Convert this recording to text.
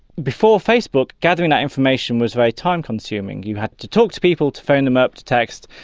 before facebook, gathering that information was very time-consuming. you had to talk to people, to phone them up, to text,